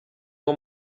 nko